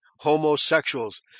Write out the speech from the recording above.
homosexuals